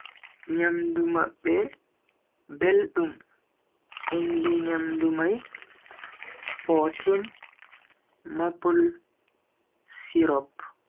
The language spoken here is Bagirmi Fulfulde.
Nyamdu mabbe beldum, inde nyamdu mai poutine, maple syrup.